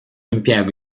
impiego